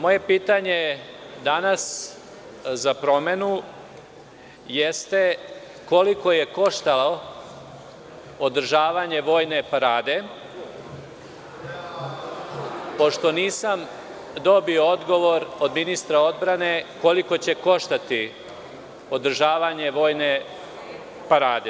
Moje pitanje danas, za promenu, jeste koliko je koštalo održavanje Vojne parade, pošto nisam dobio odgovor od ministra odbrane koliko će koštati održavanje Vojne parade?